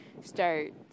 start